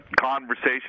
conversation